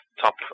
top